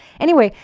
anyway,